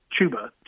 Chuba